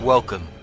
Welcome